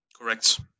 correct